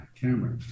camera